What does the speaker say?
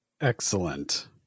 Excellent